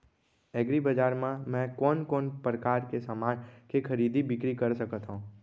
एग्रीबजार मा मैं कोन कोन परकार के समान के खरीदी बिक्री कर सकत हव?